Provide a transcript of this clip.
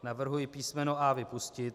Navrhuji písmeno a) vypustit.